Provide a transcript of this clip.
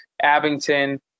abington